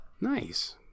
nice